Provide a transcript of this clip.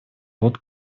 вот